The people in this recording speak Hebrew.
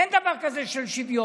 אין דבר כזה שוויון.